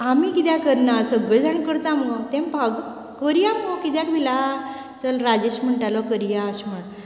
आमी कित्याक करना सगळी जाण करता मगो तेमकां अगो करया मगो तूं कित्याक भिला चल राजेश म्हणटालो करया अशें म्हण